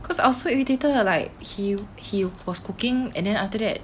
because I was so irritated like he he was cooking and then after that